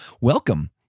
welcome